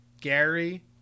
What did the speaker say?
Gary